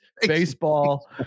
baseball